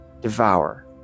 devour